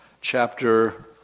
chapter